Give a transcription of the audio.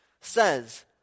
says